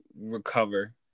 recover